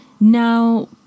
Now